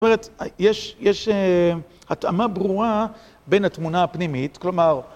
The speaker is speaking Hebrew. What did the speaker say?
זאת אומרת, יש התאמה ברורה בין התמונה הפנימית, כלומר...